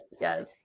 yes